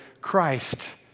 Christ